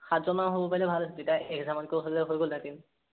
সাতজন মান হ'ব পাৰিলে ভাল আছিলে তেতিয়া এক হাজাৰ মানকৈ হ'লেও হৈ গ'লহেঁতেন